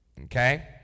Okay